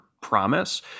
promise